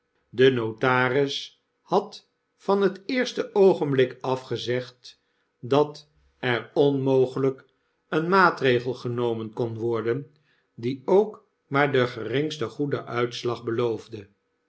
de notaris had van het eerste oogenblik af gezegd dat er onmogelijk een maatregelgenomen kon worden die ook maar den geringsten goeden uitslag beloofde